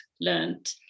learned